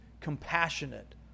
compassionate